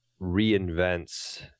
reinvents